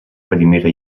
primera